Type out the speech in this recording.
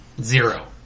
Zero